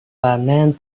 panen